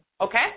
Okay